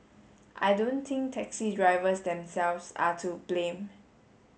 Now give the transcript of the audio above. I don't think taxi drivers themselves are to blame